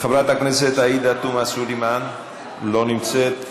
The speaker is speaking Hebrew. חברת הכנסת עאידה תומא סלימאן, אינה נוכחת,